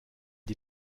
die